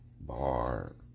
bar